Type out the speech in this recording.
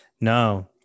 No